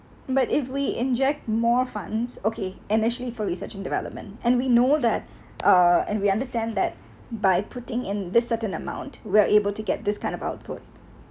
but if we inject more funds okay initially for research and development and we know that uh and we understand that by putting in the certain amount we're able to get this kind of output